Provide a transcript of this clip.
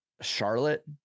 charlotte